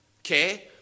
okay